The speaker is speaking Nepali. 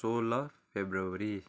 सोह्र फेब्रुअरी